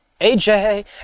AJ